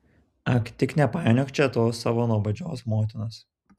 ak tik nepainiok čia tos savo nuobodžios motinos